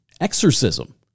Exorcism